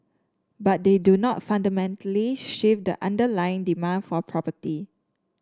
but they do not fundamentally shift the underlying demand for property